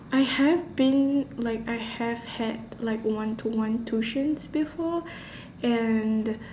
I have been like I have had like one to one tuitions before and